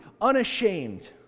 unashamed